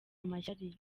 amashyari